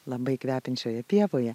labai kvepiančioje pievoje